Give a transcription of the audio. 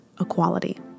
equality